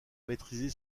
maîtriser